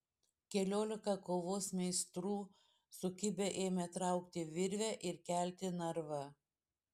keliolika kovos meistrų sukibę ėmė traukti virvę ir kelti narvą